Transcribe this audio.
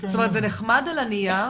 זה נחמד על הנייר,